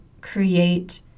create